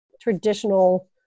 traditional